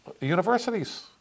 universities